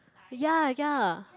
ya ya